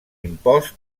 impost